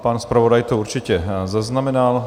Pan zpravodaj to určitě zaznamenal.